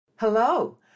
Hello